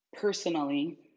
personally